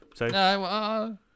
No